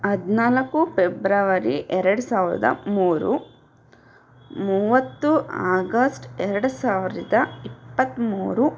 ಹದಿನಾಲ್ಕು ಪೆಬ್ರವರಿ ಎರಡು ಸಾವಿರದ ಮೂರು ಮೂವತ್ತು ಆಗಸ್ಟ್ ಎರಡು ಸಾವಿರದ ಇಪ್ಪತ್ತಮೂರು